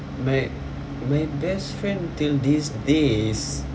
my my best friend till this day is